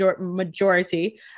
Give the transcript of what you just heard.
majority